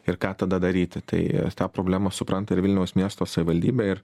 ir ką tada daryti tai tą problemą supranta ir vilniaus miesto savivaldybė ir